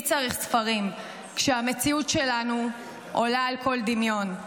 מי צריך ספרים כשהמציאות שלנו עולה על כל דמיון?